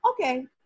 Okay